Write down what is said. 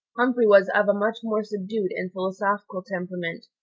humphrey was of a much more subdued and philosophical temperament,